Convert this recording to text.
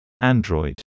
Android